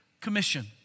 commission